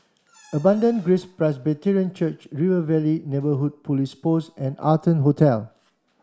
Abundant Grace Presbyterian Church River Valley Neighbourhood Police Post and Arton Hotel